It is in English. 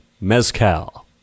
mezcal